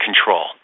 control